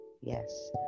Yes